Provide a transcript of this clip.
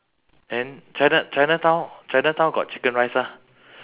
then china~ chinatown chinatown got chicken rice ah